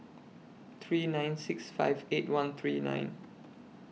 three nine six five eight one three nine